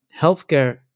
healthcare